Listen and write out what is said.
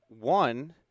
One